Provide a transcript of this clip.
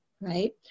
right